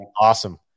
awesome